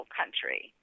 country